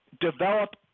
Develop